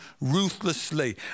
ruthlessly